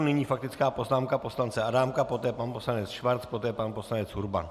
Nyní faktická poznámka poslance Adámka, poté pan poslanec Schwarz, poté pan poslanec Urban.